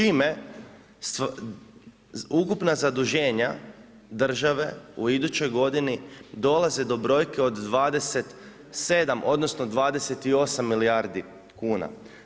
Ukupna zaduženja države u idućoj godini dolaze do brojke od 27 odnosno 28 milijardi kuna.